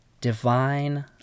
divine